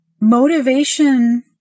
motivation